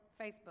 Facebook